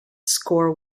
score